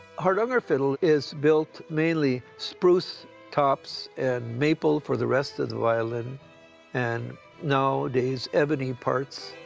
hardanger fiddle is built, mainly spruce tops and maple for the rest of the violin and nowadays, ebony parts.